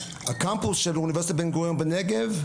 הקמפוס של אונ' בן גוריון בנגב,